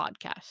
podcast